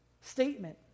statement